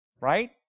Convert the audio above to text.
right